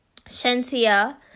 Shantia